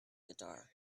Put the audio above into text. guitar